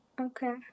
Okay